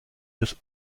des